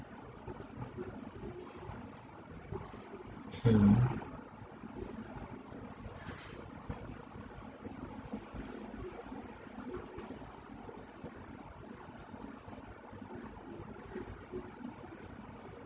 hmm